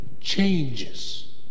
changes